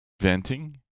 venting